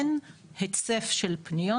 אין היצף של פניות.